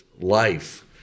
life